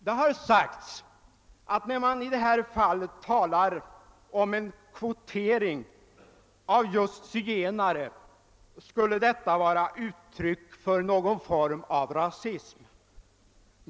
Det har sagts att när man i detta fall talar om en kvotering av just zigenare skulle detta vara ett uttryck för någon form av rasism.